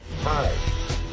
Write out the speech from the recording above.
Hi